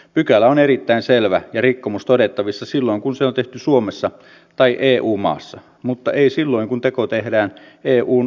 pykälä on erittäin selvä ja rikkomus todettavissa silloin kun se on tehty suomessa tai eu maassa mutta ei silloin kun teko tehdään eun ulkopuolella